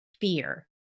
fear